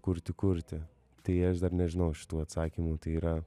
kurti kurti tai aš dar nežinau šitų atsakymų tai yra